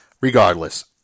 regardless